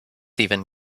even